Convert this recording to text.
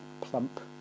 plump